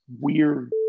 weird